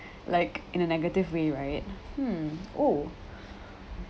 like in a negative way right hmm oh